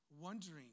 wondering